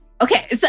Okay